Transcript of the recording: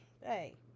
Hey